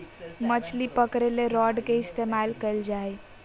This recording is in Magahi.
मछली पकरे ले रॉड के इस्तमाल कइल जा हइ